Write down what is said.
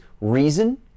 reason